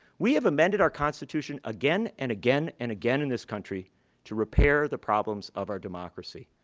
we have amended our constitution again and again and again in this country to repair the problems of our democracy.